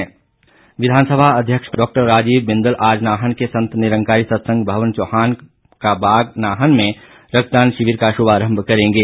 बिंदल विधानसभा अध्यक्ष डाक्टर राजीव बिंदल आज नाहन के संत निरंकारी सत्संग भवन चौहान का बाग नाहन में रक्तदान शिविर का शुभारंभ करेंगे